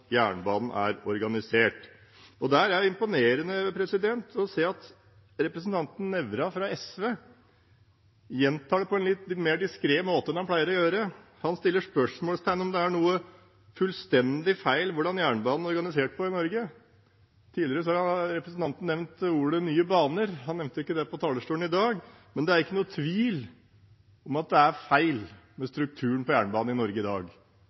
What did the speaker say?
jernbanen er organisert. Der er det imponerende å se at representanten Nævra fra SV gjentar det, på en litt mer diskré måte enn han pleier å gjøre. Han stiller spørsmål ved om det er noe fullstendig feil med hvordan jernbanen er organisert på i Norge. Tidligere har representanten nevnt ordet «nye baner». Han nevnte ikke det på talerstolen i dag, men det er ikke noen tvil om at det er feil ved strukturen på jernbanen i Norge i dag.